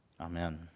Amen